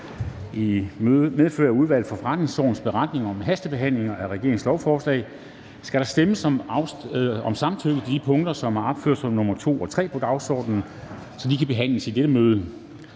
af Udvalget for Forretningsordenens beretning om hastebehandling af regeringens lovforslag skal der stemmes om samtykke til de punkter, som er opført som nr. 2 og 3 på dagsordenen, så de kan behandles i dette møde.